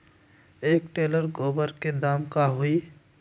एक टेलर गोबर के दाम का होई?